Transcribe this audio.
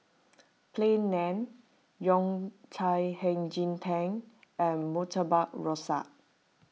Plain Naan Yao Cai Hei Ji Tang and Murtabak Rusa